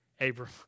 Abram